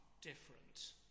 different